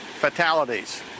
fatalities